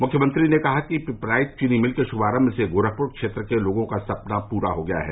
मुख्यमंत्री ने कहा कि पिपराइच चीनी मिल के शुभारंभ से गोरखपुर क्षेत्र के लोगों का सपना पूरा हो गया है